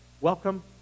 welcome